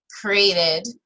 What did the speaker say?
created